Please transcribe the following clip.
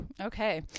Okay